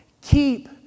Keep